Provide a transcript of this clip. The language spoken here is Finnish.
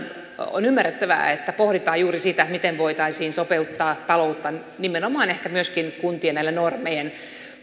on ymmärrettävää että pohditaan juuri sitä miten voitaisiin sopeuttaa taloutta nimenomaan ehkä myöskin tällä kuntien normien